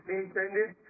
intended